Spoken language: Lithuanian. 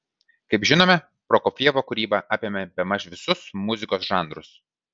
kaip žinome prokofjevo kūryba apėmė bemaž visus muzikos žanrus